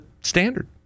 standard